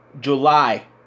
July